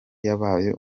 yabaye